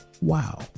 Wow